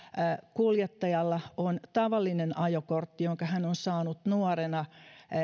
kuljettajalla on tavallinen ajokortti jonka hän on saanut nuorena